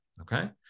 Okay